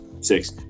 six